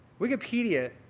Wikipedia